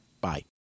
Bye